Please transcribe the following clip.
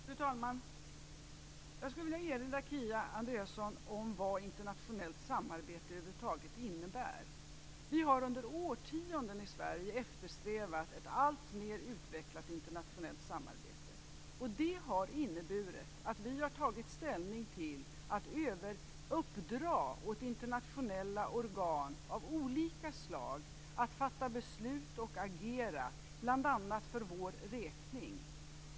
Fru talman! Jag skulle vilja erinra Kia Andreasson om vad internationellt samarbete över huvud taget innebär. Vi har under årtionden i Sverige eftersträvat ett alltmer utvecklat internationellt samarbete. Det har inneburit att vi har tagit ställning till att uppdra åt internationella organ av olika slag att fatta beslut och agera, bl.a. för vår räkning.